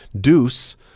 Deuce